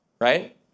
Right